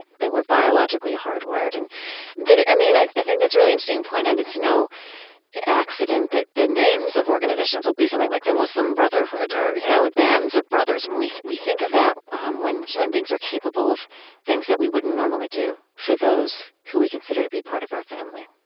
that we're biologically hardwired. and i mean, i think that's a really interesting point and it's no accident that the names of organizations will be something like the muslim brotherhood or, you know, bands of brothers. and we we think of that um when human beings are capable of things that we wouldn't normally do, for those who we consider to be part of our family